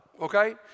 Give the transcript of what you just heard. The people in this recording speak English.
Okay